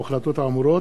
או ההחלטות האמורות,